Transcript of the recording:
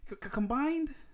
Combined